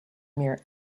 mere